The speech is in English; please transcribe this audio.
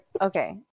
okay